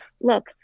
look